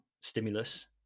stimulus